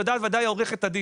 ויודעת ודאי עורכת-הדין.